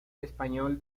español